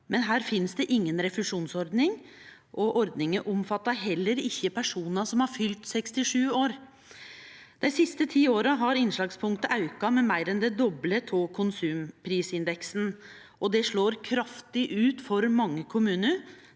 men her finst det inga refusjonsordning. Ordninga omfattar heller ikkje personar som har fylt 67 år. Dei siste ti åra har innslagspunktet auka med meir enn det doble av konsumprisindeksen, og det slår kraftig ut for mange kommunar,